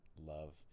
love